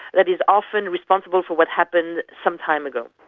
that is often responsible for what happened some time ago.